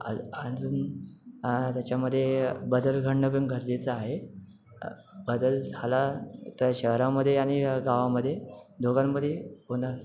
अज अजून त्याच्यामध्ये बदल घडणं पण गरजेचं आहे बदल झाला तर शहरामध्ये आणि गावामध्ये दोघांमध्ये कोना